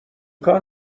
کار